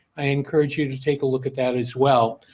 i encourage you to take a look at that as well.